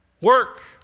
work